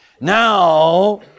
Now